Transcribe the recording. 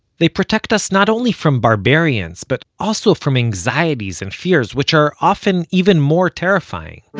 they protect us not only from barbarians, but also from anxieties and fears, which are often even more terrifying.